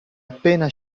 appena